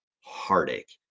Heartache